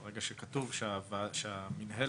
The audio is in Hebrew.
ברגע שכתוב שהמינהלת